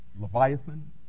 Leviathan